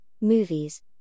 movies